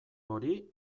hori